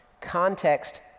Context